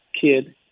kid